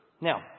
Now